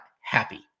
happy